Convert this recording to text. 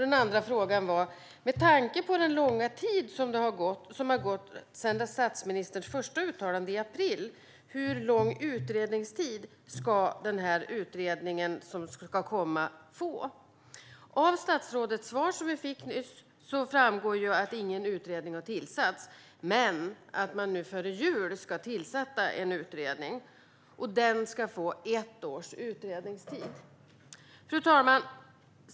Den andra frågan var: Med tanke på den långa tid som har gått sedan statsministerns första uttalande i april, hur lång utredningstid ska den utredning som ska komma få? Av statsrådets svar, som vi fick nyss, framgår att ingen utredning har tillsatts men att man före jul ska tillsätta en utredning som ska få ett års utredningstid. Fru talman!